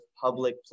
public